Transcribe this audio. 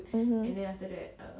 mm